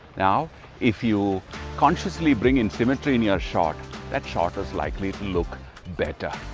now if you consciously bring in symmetry in your shot that shot is likely to look better.